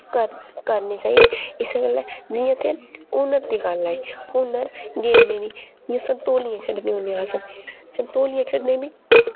करन करने चाहिदे इस्सै गल्लै जि'यां के हुनर दी गल्ल आई हुनर गेमें दी जि'यां संतोलीया खेढ़ने होन्ने अस संतोलीया खेढ़ने बी